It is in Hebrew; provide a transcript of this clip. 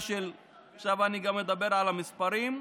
עכשיו אני גם מדבר על המספרים,